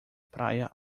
praia